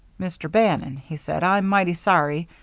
mr. bannon, he said, i'm mighty sorry.